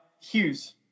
hughes